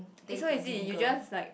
it's so easy you just like